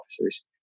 officers